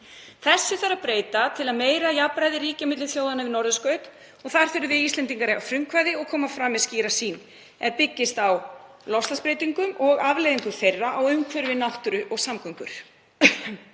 Þessu þarf að breyta til að meira jafnræði ríki milli þjóðanna við norðurskaut og þar þurfum við Íslendingar að eiga frumkvæði og koma fram með skýra sýn er byggist á loftslagsbreytingum og afleiðingum þeirra á umhverfi, náttúru og samgöngur.